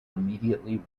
immediately